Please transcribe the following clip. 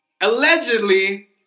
Allegedly